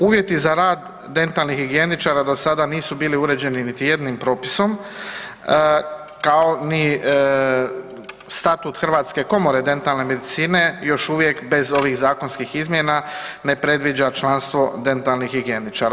Uvjeti za rad dentalnih higijeničara do sada nisu bili uređeni niti jednim propisom kao ni statut Hrvatske komore dentalne medicine, još uvijek bez ovih zakonskih izmjena ne predviđa članstvo dentalnih higijeničara.